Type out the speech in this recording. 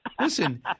Listen